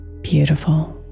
beautiful